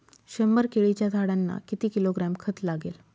शंभर केळीच्या झाडांना किती किलोग्रॅम खत लागेल?